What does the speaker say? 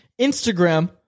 Instagram